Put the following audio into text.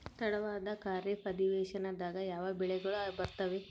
ತಡವಾದ ಖಾರೇಫ್ ಅಧಿವೇಶನದಾಗ ಯಾವ ಬೆಳೆಗಳು ಬರ್ತಾವೆ?